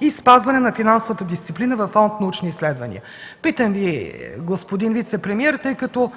и спазване на финансовата дисциплина във Фонд „Научни изследвания”? Питам Ви, господин вицепремиер, тъй като